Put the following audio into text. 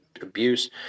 abuse